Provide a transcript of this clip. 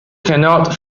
cannot